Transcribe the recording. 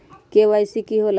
KYC का होला?